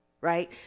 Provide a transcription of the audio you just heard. Right